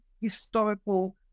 historical